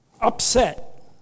upset